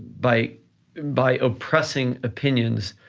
by by oppressing opinions,